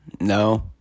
No